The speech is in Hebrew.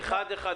יהיו.